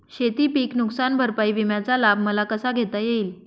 शेतीपीक नुकसान भरपाई विम्याचा लाभ मला कसा घेता येईल?